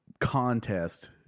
contest